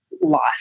life